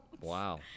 Wow